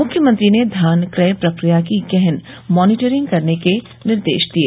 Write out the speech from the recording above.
मुख्यमंत्री ने धान क्रय प्रक्रिया की गहन मानीटरिंग करने के निर्देश दिये